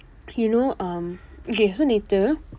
he know um okay so நேற்று:neerru